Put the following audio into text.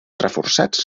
reforçats